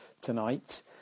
tonight